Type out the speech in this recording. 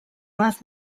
last